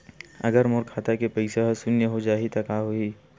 अगर मोर खाता के पईसा ह शून्य हो जाही त का होही?